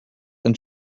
and